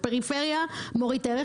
פריפריה מוריד את הערך,